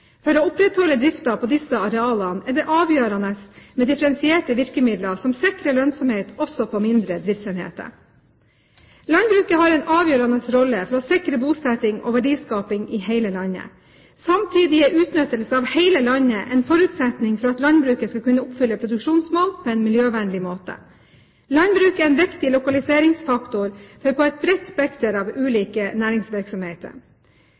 For å opprettholde driften på disse arealene er det avgjørende med differensierte virkemidler som sikrer lønnsomhet også på mindre driftsenheter. Landbruket har en avgjørende rolle for å sikre bosetting og verdiskaping i hele landet. Samtidig er utnyttelse av hele landet en forutsetning for at landbruket skal kunne oppfylle produksjonsmål på en miljøvennlig måte. Landbruk er en viktig lokaliseringsfaktor for et bredt spekter av